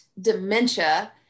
dementia